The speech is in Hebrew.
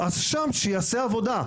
אז שיעשה שם עבודה,